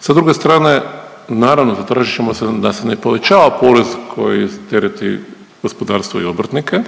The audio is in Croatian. Sa druge strane naravno zatražit ćemo da se ne povećava porez koji tereti gospodarstvo i obrtnike,